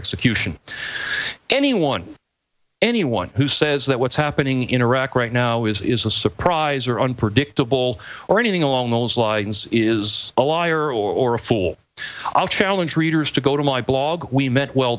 execution anyone anyone who says that what's happening in iraq right now is a surprise or unpredictable or anything along those lines is a liar or a fool i'll challenge readers to go to my blog we meant well